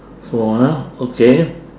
four ah okay